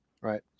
right